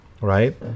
right